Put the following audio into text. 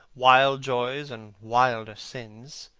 wild joys and wilder sins